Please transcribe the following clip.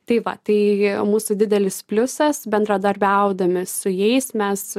tai va tai mūsų didelis pliusas bendradarbiaudami su jais mes